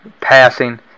passing